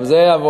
גם זה יבוא.